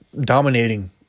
dominating